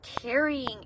carrying